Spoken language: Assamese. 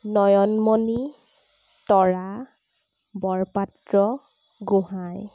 নয়নমণি তৰা বৰপাত্ৰ গোহাঁই